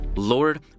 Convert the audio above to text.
Lord